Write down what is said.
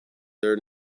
their